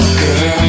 girl